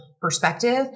perspective